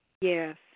Yes